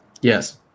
Yes